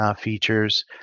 features